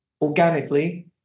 organically